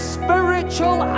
spiritual